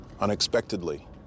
unexpectedly